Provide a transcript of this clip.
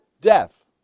death